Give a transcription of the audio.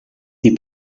die